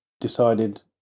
decided